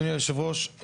אדוני יושב הראש,